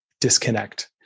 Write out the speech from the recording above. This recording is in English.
disconnect